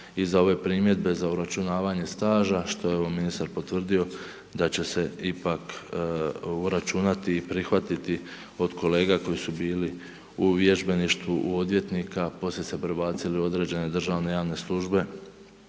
i za ove primjedbe za obračunavanje staža, što je ministar potvrdio, da će se ipak obračunati i prihvatiti od kolege koji su bili u vježbeništvu u odvjetnika, poslije se prebacile u određene državne javne službe